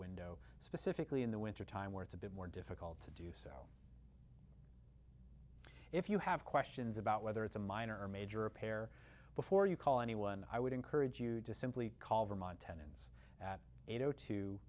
window specifically in the winter time where it's a bit more difficult to do so if you have questions about whether it's a minor or major repair before you call anyone i would encourage you to simply call them on tenants at eight zero two